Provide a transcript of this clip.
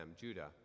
Judah